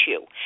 issue